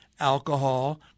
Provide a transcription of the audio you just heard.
Alcohol